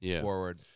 forward